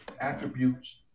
attributes